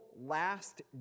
last